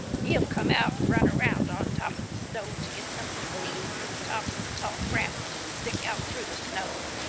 he'll come out and run around on top of the snow to get some of the seeds in the tops of the tall grasses that stick out through the snow.